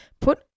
put